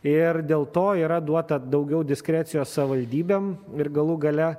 ir dėl to yra duota daugiau diskrecijos savivaldybėm ir galų gale